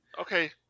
Okay